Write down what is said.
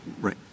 Right